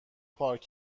پارک